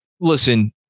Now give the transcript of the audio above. listen